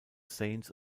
saints